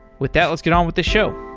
with that, let's get on with the show.